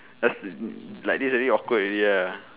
just like this already awkward already ah